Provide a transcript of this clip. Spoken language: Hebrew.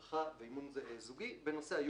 בדבר הימנעות ממצבי טיסה חריגים והיחלצות מהם